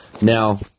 Now